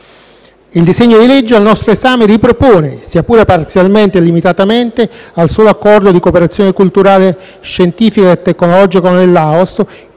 Il disegno di legge al nostro esame ripropone, sia pure parzialmente e limitatamente al solo Accordo di cooperazione culturale, scientifica e tecnologica con il Laos,